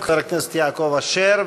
חבר הכנסת יעקב אשר,